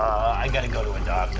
i gotta go to and a